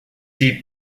die